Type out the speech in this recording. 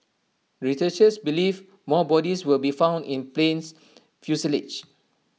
researchers believe more bodies will be found in plane's fuselage